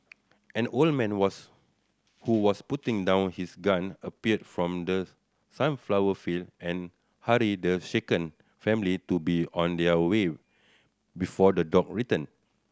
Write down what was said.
an old man was who was putting down his gun appeared from the sunflower field and hurried the shaken family to be on their way before the dog return